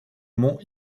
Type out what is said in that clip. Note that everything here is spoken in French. mont